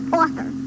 author